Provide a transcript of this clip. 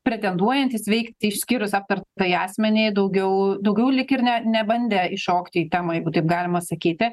pretenduojantys veikti išskyrus apier tai asmenį daugiau daugiau lyg ir ne nebandė įšokti į temą jeigu taip galima sakyti